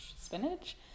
spinach